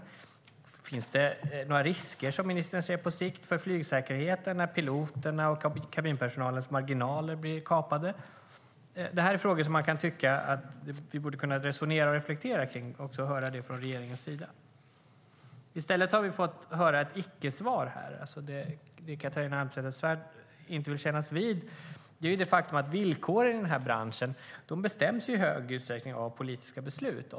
Ser ministern några risker på sikt för flygsäkerheten när piloternas och kabinpersonalens marginaler blir kapade? Det är frågor som man kan tycka att vi borde kunna resonera och reflektera kring och också höra det från regeringen. I stället har vi fått ett icke-svar. Catharina Elmsäter-Svärd vill inte kännas vid det faktum att villkoren i branschen i hög utsträckning bestäms av politiska beslut.